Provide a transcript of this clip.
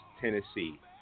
Tennessee